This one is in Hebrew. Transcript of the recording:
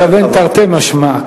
הוא מתכוון תרתי משמע,